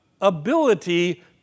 ability